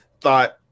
thought